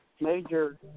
major